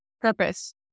purpose